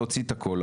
להוציא את הכול,